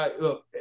look